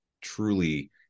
truly